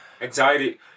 Anxiety